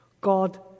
God